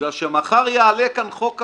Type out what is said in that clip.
בגלל שמחר יעלה כאן חוק אחר,